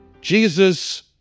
Jesus